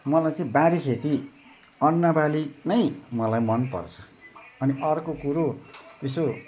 मलाई चाहिँ बारीखेती अन्नबाली नै मलाई मनपर्छ अनि अर्को कुरो यसो